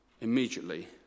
immediately